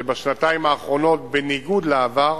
בשנתיים האחרונות, בניגוד לעבר,